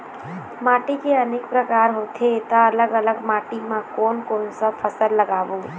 माटी के अनेक प्रकार होथे ता अलग अलग माटी मा कोन कौन सा फसल लगाबो?